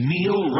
Neil